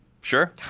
Sure